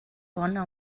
bona